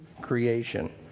creation